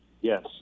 Yes